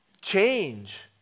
change